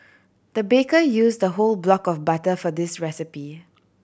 the baker use the whole block of butter for this recipe